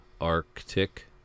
Arctic